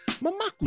mama